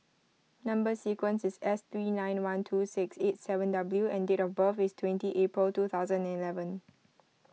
Number Sequence is S three nine one two six eight seven W and date of birth is twenty April two thousand and eleven